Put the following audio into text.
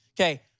Okay